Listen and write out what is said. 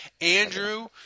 Andrew